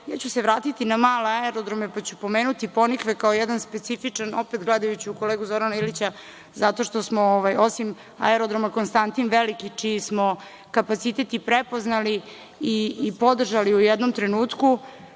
ću se vratiti na male aerodrome, pa ću pomenuti „Ponikve“, kao jedan specifičan, opet gledajući u kolegu Zorana Ilića, zato što smo osim aerodroma „Konstantin Veliki“, čiji smo kapacitet i prepoznali i podržali u jednom trenutku,